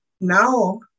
now